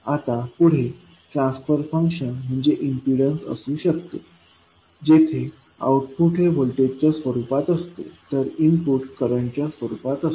आता पुढे transfer function म्हणजे इम्पीडन्स असू शकते जेथे आउटपुट हे व्होल्टेजच्या स्वरूपात असते तर इनपुट करंटच्या स्वरूपात असते